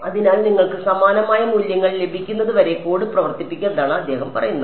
അതിനാൽ നിങ്ങൾക്ക് സമാനമായ മൂല്യങ്ങൾ ലഭിക്കുന്നതുവരെ കോഡ് പ്രവർത്തിപ്പിക്കുക എന്നാണ് അദ്ദേഹം പറയുന്നത്